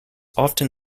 often